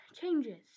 changes